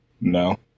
No